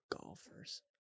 Golfers